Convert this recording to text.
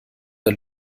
der